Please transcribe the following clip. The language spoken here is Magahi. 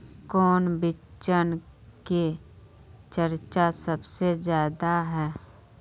कौन बिचन के चर्चा सबसे ज्यादा है?